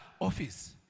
office